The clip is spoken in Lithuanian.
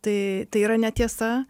tai tai yra netiesa